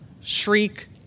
Shriek